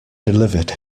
delivered